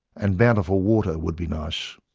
and bountiful water would be nice!